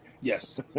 Yes